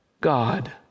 God